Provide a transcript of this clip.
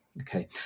okay